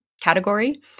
category